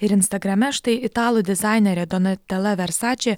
ir instagrame štai italų dizainerė donatela versači